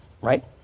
Right